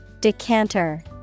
Decanter